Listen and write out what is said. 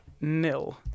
Nil